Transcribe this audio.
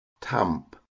tamp